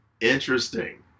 interesting